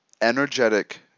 energetic